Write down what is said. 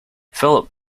philip